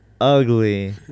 ugly